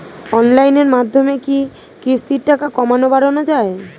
অনলাইনের মাধ্যমে কি কিস্তির টাকা কমানো বাড়ানো যায়?